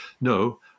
No